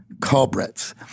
culprits